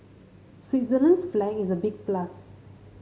Switzerland's flag is a big plus